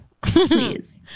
Please